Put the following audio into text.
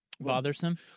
bothersome